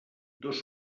dos